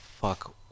fuck